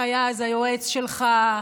שהיה אז היועץ שלך,